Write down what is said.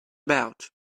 about